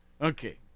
Okay